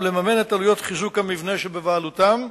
לממן את עלויות חיזוק המבנה שבבעלותם,